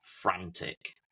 Frantic